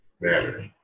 matter